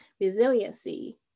resiliency